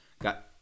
got